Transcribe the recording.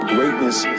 Greatness